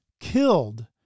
killed